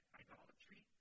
idolatry